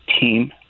team